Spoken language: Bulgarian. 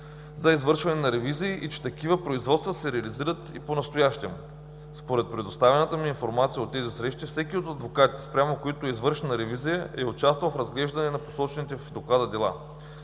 за извършване на ревизии и че такива производства се реализират и понастоящем. Според предоставената ми информация от тези срещи, всеки от адвокатите, спрямо които е извършена ревизия, е участвал в разглеждане на посочените в доклада дела.